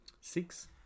six